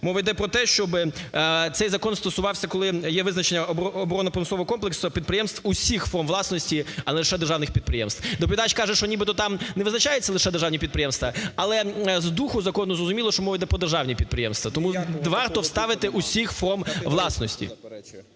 мова йде про те, щоб цей закон стосувався, коли є визначення оборонно-промислового комплексу, підприємств усіх форм власності, а не лише державних підприємств. Доповідач каже, що нібито там не визначаються лише державні підприємства, але з духу закону зрозуміло, що мова іде про державні підприємства. Тому варто вставити: усіх форм власності.